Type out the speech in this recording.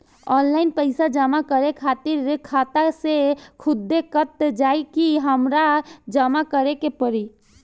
Online पैसा जमा करे खातिर खाता से खुदे कट जाई कि हमरा जमा करें के पड़ी?